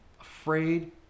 afraid